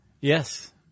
Yes